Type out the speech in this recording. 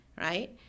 right